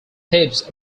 thieves